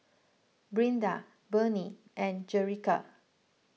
Brinda Bernie and Jerica